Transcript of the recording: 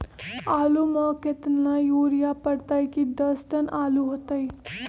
आलु म केतना यूरिया परतई की दस टन आलु होतई?